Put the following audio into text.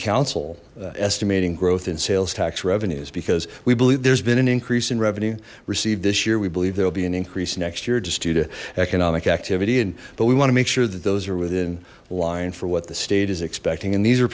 council estimating growth in sales tax revenues because we believe there's been an increase in revenue received this year we believe there will be an increase next year just due to economic activity and but we want to make sure that those are within line for what the state is expecting and these are